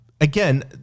again